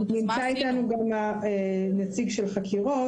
נמצא איתנו גם הנציג של חקירות,